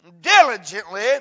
diligently